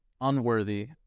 unworthy